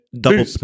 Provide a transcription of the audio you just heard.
Double